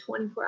24